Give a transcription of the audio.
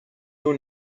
your